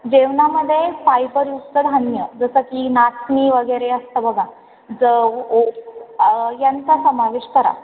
जेवणामध्ये फायबरयुक्त धान्य जसं की नाचणी वगैरे असतं बघा जव ओट यांचा समावेश करा